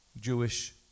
Jewish